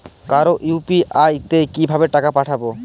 কারো ইউ.পি.আই তে কিভাবে টাকা পাঠাবো?